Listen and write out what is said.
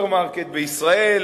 סופרמרקט בישראל,